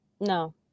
No